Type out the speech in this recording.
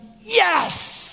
yes